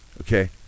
okay